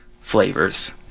flavors